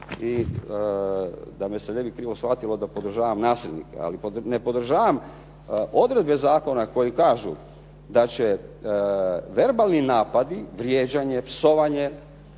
i da me se ne bi krivo shvatilo da podržavam nasilnike. Ali ne podržavam odredbe zakona koje kažu da će verbalni napadi vrijeđanje, psovanje,